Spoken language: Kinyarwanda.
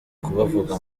kubavuga